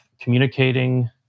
communicating